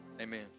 Amen